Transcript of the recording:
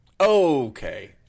Okay